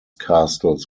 castles